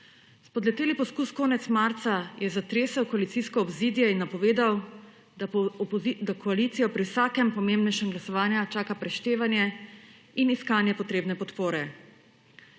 Spodleteli poskus konec marca je zatresel koalicijsko obzidje in napovedal, da koalicijo pri vsakem pomembnejšem glasovanju čaka preštevanje in iskanje potrebne podpore.